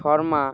Sharma